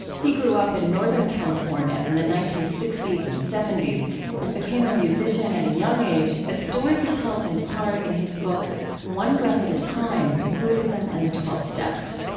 he grew up in northern california in the nineteen sixty s and zero and became a musician at a young age, a story he tells in part in his book one breathe at a time buddhism and the twelve steps.